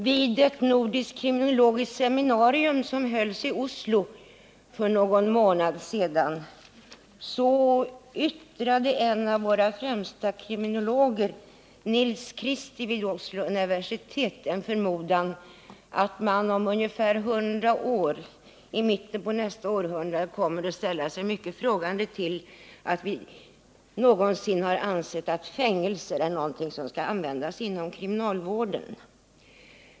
Vid ett nordiskt kriminologiskt seminarium som hölls i Oslo för någon månad sedan uttalade en av våra främsta kriminologer, Nils Christie vid Oslo universitet, en förmodan att man om ungefär 100 år kommer att ställa sig mycket frågande inför att vi någonsin har ansett, att fängelser är något som skall användas inom kriminalvården.